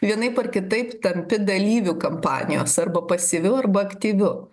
vienaip ar kitaip tampi dalyviu kampanijos arba pasyviu arba aktyviu